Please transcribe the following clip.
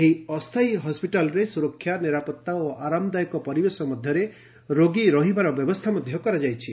ଏହି ଅସ୍ଥାୟୀ ହସ୍କିଟାଲରେ ସୁରକ୍ଷା ନିରାପତ୍ତା ଓ ଆରାମ୍ଦାୟକ ପରିବେଶ ମଧ୍ୟରେ ରୋଗୀ ରହିବାର ବ୍ୟବସ୍ଥା କରାଯାଇଛି